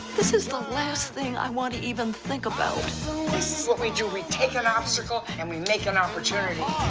this is the last thing i want to even think about. this is what we do. we take an obstacle, and we make an opportunity.